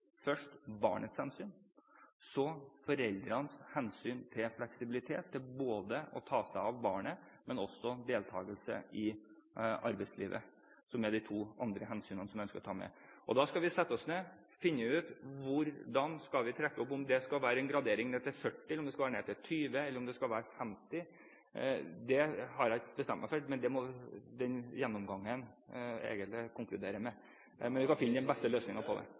til fleksibilitet til både å ta seg av barnet og delta i arbeidslivet, som er de to andre hensynene jeg ønsker å ta med. Vi skal sette oss ned og finne ut om det skal være en gradering ned til 40 pst., ned til 20 pst., eller om det skal være 50 pst. Det har jeg ikke bestemt meg for, men det må denne gjennomgangen konkludere med. Geir Pollestad – til oppfølgingsspørsmål. Alle vil det beste